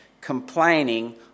complaining